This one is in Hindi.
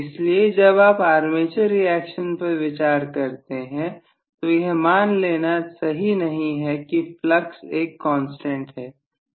इसलिए जब आप आर्मेचर रिएक्शन पर विचार करते हैं तो यह मान लेना सही नहीं है कि फ्लक्स एक कांस्टेंट है